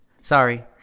sorry